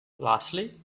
lastly